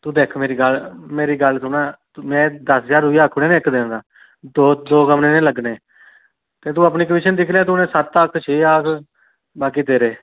तूं दिक्ख मेरी गल्ल मेरी गल्ल सुन में दस्स ज्हार तुगी आक्खू उड़ेया नी इक दिन दा दो दो कमरे इनेंगी लग्गने ते तूं अपनी कमीशन दिक्खी लै तूं उनेंगी सत्त आख छे आख बाकी तेरे